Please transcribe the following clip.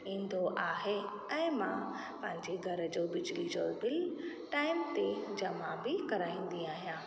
ईंदो आहे ऐं मां पंहिंजे घर जो बिजली जो बिल टाइम ते जमा बि कराईंदी आहियां